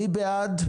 מי בעד?